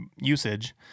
usage